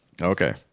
Okay